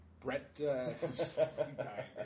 Brett